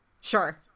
Sure